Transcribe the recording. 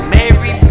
Mary